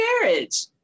marriage